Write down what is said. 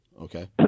okay